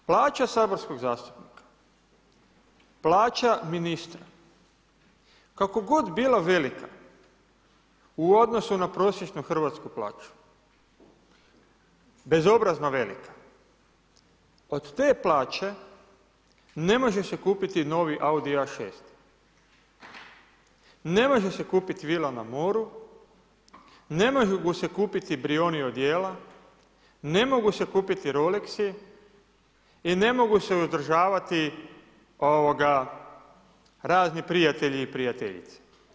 Plaća saborskog zastupnika, plaća ministra kako god bila velika u odnosu na prosječnu hrvatsku plaću, bezobrazno velika od te plaće ne može se kupiti novi Audi A6, ne može se kupiti vila na moru, ne mogu se kupiti Brioni odijela, ne mogu se kupiti Rolexi i ne mogu se uzdržavati razni prijatelji i prijateljice.